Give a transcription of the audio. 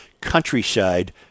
Countryside